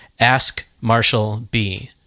askmarshallb